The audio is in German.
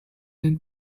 den